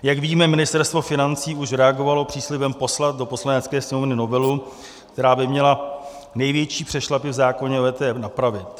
Jak víme, Ministerstvo financí už reagovalo příslibem poslat do Poslanecké sněmovny novelu, která by měla největší přešlapy v zákoně o EET napravit.